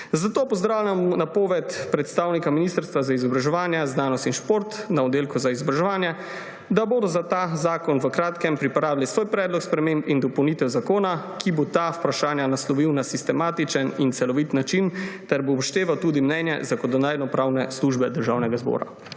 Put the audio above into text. Zato pozdravljamo napoved predstavnika Ministrstva za izobraževanje, znanost in šport na oddelku za izobraževanje, da bodo za ta zakon v kratkem pripravili svoj predlog sprememb in dopolnitev zakona, ki bo ta vprašanja naslovil na sistematičen in celovit način ter bo upošteval tudi mnenje Zakonodajno-pravne službe Državnega zbora.